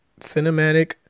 Cinematic